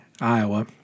Iowa